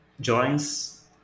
joins